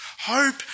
Hope